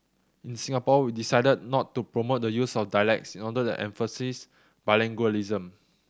in Singapore we decided not to promote the use of dialects in order to emphasise bilingualism